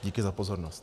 Díky za pozornost.